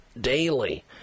daily